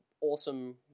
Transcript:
awesome